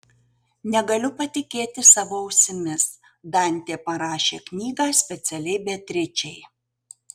negaliu patikėti savo ausimis dantė parašė knygą specialiai beatričei